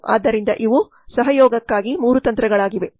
ಆದ್ದರಿಂದ ಇವು ಸಹಯೋಗಕ್ಕಾಗಿ 3 ತಂತ್ರಗಳಾಗಿವೆ